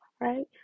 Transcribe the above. right